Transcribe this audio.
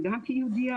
וגם כיהודייה,